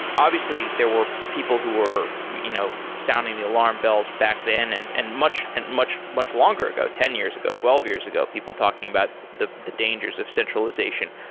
obviously, there were people who were you know sounding the alarm bells back then and and much and much longer ago, ten years ago, twelve years ago, people talking about the the dangers of centralization.